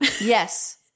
Yes